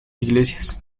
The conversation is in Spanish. iglesias